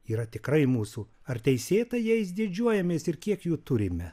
yra tikrai mūsų ar teisėtai jais didžiuojamės ir kiek jų turime